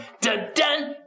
Dun-dun